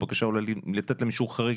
בקשה אולי לתת להם אישור חריג,